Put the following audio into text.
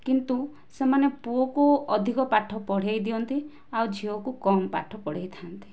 କିନ୍ତୁ ସେମାନେ ପୁଅକୁ ଅଧିକ ପାଠ ପଢ଼ାଇ ଦିଅନ୍ତି ଆଉ ଝିଅକୁ କମ ପାଠ ପଢ଼ାଇଥାନ୍ତି